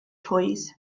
toys